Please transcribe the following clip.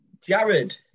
Jared